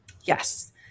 Yes